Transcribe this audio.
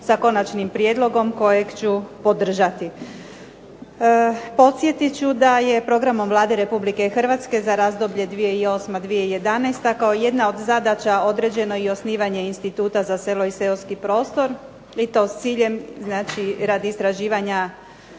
sa konačnim prijedlogom kojeg ću podržati. Podsjetit ću da je programom Vlade RH za razdoblje 2008. – 2011. kao jedna od zadaća određeno i osnivanje Instituta za selo i seoski prostor i to s ciljem, znači radi istraživanja